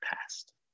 past